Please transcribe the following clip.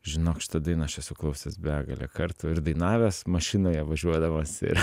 žinok šitą dainą aš esu klausęs begalę kartų ir dainavęs mašinoje važiuodamas ir